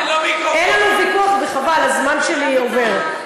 אין לנו ויכוח, וחבל, הזמן שלי עובר.